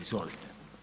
Izvolite.